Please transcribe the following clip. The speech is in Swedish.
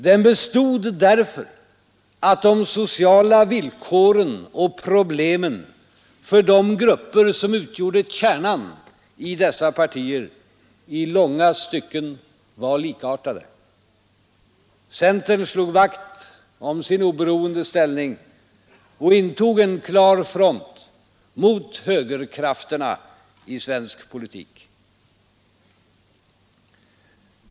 Den bestod därför att de sociala villkoren och problemen för de grupper som utgjorde kärnan i dessa partier i långa stycken var likartade. Centern slog vakt om sin oberoende ställning och intog en klar front mot högerkrafterna i svensk politik.